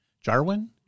Jarwin